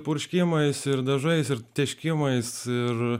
purškiamais dažais ir tėškimais ir